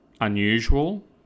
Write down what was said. unusual